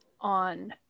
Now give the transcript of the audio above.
on